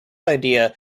idea